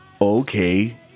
okay